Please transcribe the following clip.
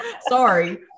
sorry